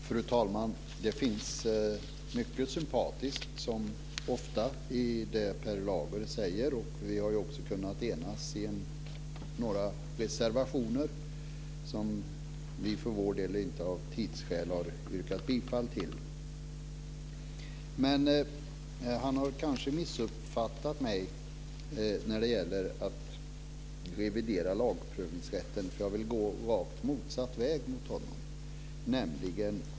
Fru talman! Som ofta finns det mycket sympatiskt i det Per Lager säger. Vi har också kunnat enas i några reservationer. Vi har av tidsskäl inte yrkat bifall till dem. Men Per Lager har kanske missuppfattat mig när det gäller att revidera lagprövningsrätten. Jag vill gå rakt motsatt väg mot honom.